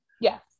Yes